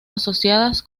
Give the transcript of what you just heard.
asociadas